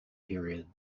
period